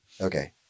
Okay